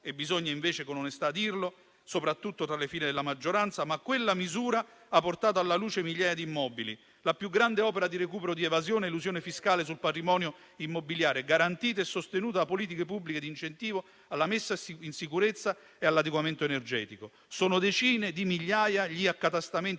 bisogna dire con onestà, soprattutto tra le file della maggioranza - ha portato alla luce migliaia di immobili: la più grande opera di recupero di evasione ed elusione fiscale sul patrimonio immobiliare, garantita e sostenuta da politiche pubbliche di incentivo alla messa in sicurezza e all'adeguamento energetico. Sono decine di migliaia gli accatastamenti